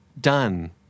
done